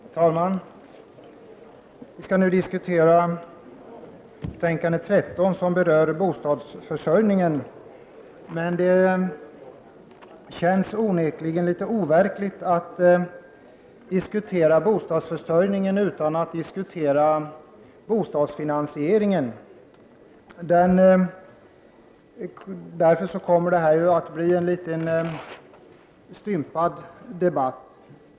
Herr talman! Vi skall nu behandla bostadsutskottets betänkande nr 13 som berör bostadsförsörjningen. Det känns onekligen litet overkligt att diskutera bostadsförsörjningen utan att diskutera bostadsfinansieringen. Därför blir detta en något stympad debatt.